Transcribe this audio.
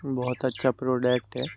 बहुत अच्छा प्रोडक्ट है